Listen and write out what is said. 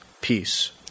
peace